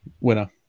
winner